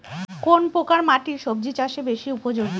কোন প্রকার মাটি সবজি চাষে বেশি উপযোগী?